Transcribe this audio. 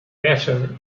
desert